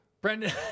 Brendan